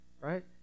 Right